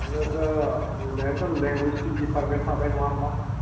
बेनोथ' बेनोथ' linguistic department थाबाय नङा होमबा